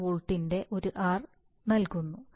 1 വോൾട്ടിന്റെ ഒരു r നൽകുന്നു